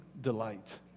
delight